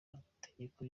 mateka